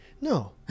No